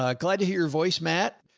ah glad to hear your voice, matt,